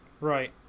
right